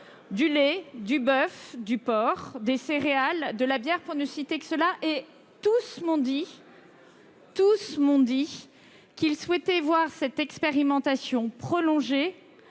du lait, du boeuf, du porc, des céréales et de la bière, pour ne citer qu'eux. Tous m'ont dit qu'ils souhaitaient voir cette expérimentation prolongée,